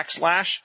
backslash